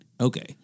Okay